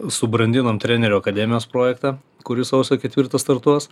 subrandinom trenerių akademijos projektą kuris sausio ketvirtą startuos